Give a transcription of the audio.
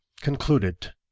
concluded